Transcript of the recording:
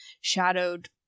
shadowed